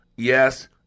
Yes